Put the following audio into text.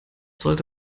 sollte